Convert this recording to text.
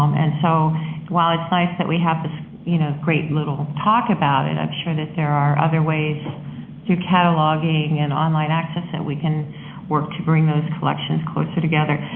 um and so while it's nice that we have the you know great little talk about it, i'm sure that there are other ways to cataloging and online access that we can work to bring those collections closer together.